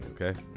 Okay